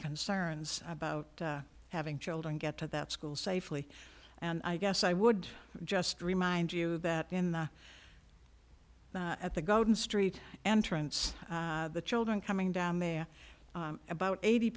concerns about having children get to that school safely and i guess i would just remind you that in the at the golden streets and trance the children coming down there about eighty